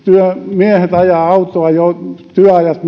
miehet ajavat autoa ja työajat